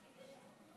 התשע"ז 2017,